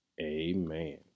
amen